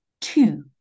Two